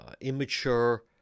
immature